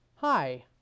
Hi